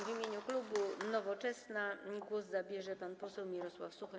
W imieniu klubu Nowoczesna głos zabierze pan poseł Mirosław Suchoń.